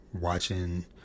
watching